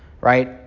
Right